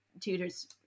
tutors